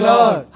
Lord